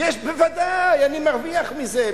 בוודאי, אני מרוויח מזה.